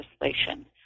legislation